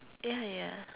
ya ya